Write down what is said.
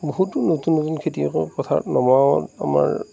বহুতো নতুন নতুন খেতিয়ক পথাৰত নমা আমাৰ